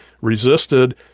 resisted